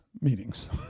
meetings